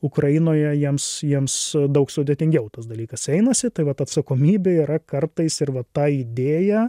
ukrainoje jiems jiems daug sudėtingiau tas dalykas einasi tai vat atsakomybė yra kartais ir va tą idėją